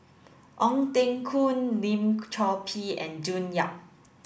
Ong Teng Koon Lim Chor Pee and June Yap